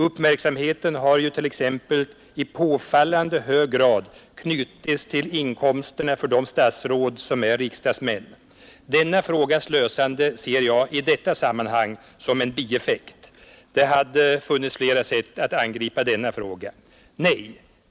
Uppmärksamheten har t.ex. i påfallande hög grad knutits till inkomsterna för de statsråd som är riksdagsmän. Denna frågas lösande ser jag i detta sammanhang som en bieffekt. Det hade funnits flera sätt att angripa den frågan.